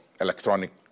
electronic